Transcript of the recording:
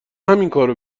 همینکارو